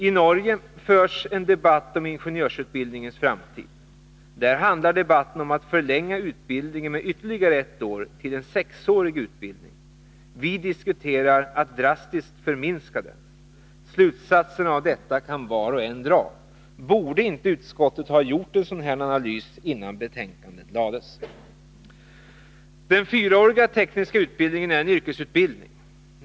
I Norge förs en debatt om ingenjörsutbildningens framtid. Där handlar debatten om att förlänga utbildningen med ytterligare ett år till sex år. Vi diskuterar att drastiskt förminska den. Slutsatserna av detta kan var och en dra. Borde inte utskottet har gjort en sådan analys innan betänkandet lades fram? Den fyraåriga tekniska utbildningen är en yrkesutbildning.